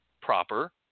proper